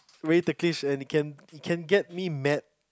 really ticklish and it can it can get me mad